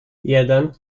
jeden